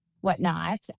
whatnot